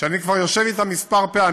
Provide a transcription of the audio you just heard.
שאני כבר יושב אתם כמה פעמים,